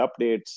updates